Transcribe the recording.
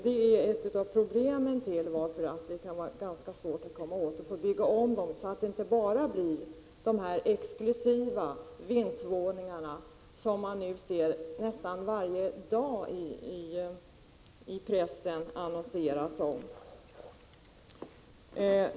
Det är en förklaring till varför det kan vara svårt att komma åt att bygga om dem så att det inte bara blir sådana exklusiva vindsvåningar som man ser utannonserade i pressen nästan varje dag.